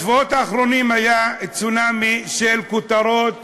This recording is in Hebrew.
בשבועות האחרונים היה צונאמי של כותרות